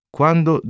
Quando